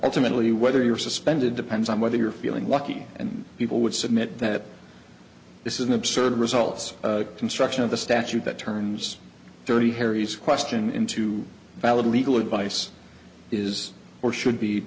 ultimately whether you're suspended depends on whether you're feeling lucky and people would submit that this is an absurd results construction of the statute that turns dirty harry's question into valid legal advice is or should be